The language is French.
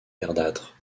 verdâtre